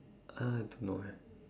I don't know eh